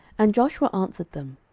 and joshua answered them,